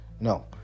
no